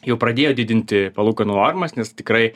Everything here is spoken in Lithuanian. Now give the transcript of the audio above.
jau pradėjo didinti palūkanų normas nes tikrai